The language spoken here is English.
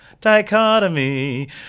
Dichotomy